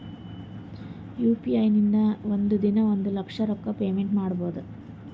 U P I ಇಂದ ಒಂದ್ ದಿನಾ ಒಂದ ಲಕ್ಷ ರೊಕ್ಕಾ ಪೇಮೆಂಟ್ ಮಾಡ್ಬೋದ್